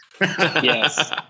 Yes